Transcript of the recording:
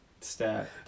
stat